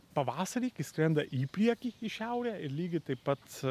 pavasarį kai skrenda į priekį į šiaurę ir lygiai taip pat